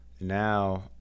Now